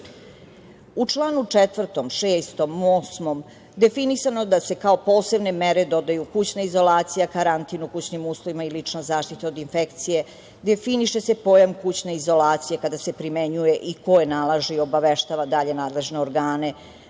članu 4, 6, 8. definisano da se kao posebne mere dodaju kućna izolacija, karantin u kućnim uslovima i lična zaštita od infekcije, definiše se pojam kućne izolacije kada se primenjuje i ko je nalaže i obaveštava dalje nadležne organe,